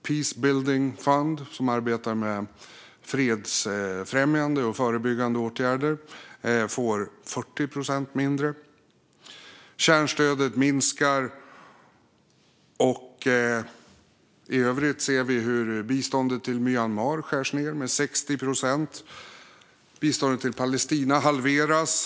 Peacebuilding Fund, som arbetar med fredsfrämjande och förebyggande åtgärder, får 40 procent mindre. Kärnstödet minskar. I övrigt ser vi hur biståndet till Myanmar skärs ned med 60 procent. Biståndet till Palestina halveras.